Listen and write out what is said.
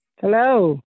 Hello